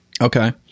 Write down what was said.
Okay